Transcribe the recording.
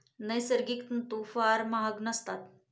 नैसर्गिक तंतू फार महाग नसतात